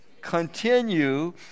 Continue